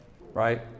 right